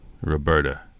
Roberta